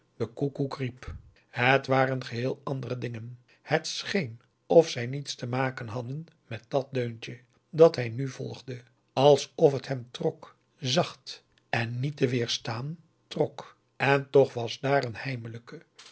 de koekoek riep het waren geheel andere dingen het scheen of zij niets te maken hadden met dat deuntje dat hij nu volgde alsof het hem trok zacht en niet te weerstaan trok en toch was daar een